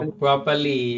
properly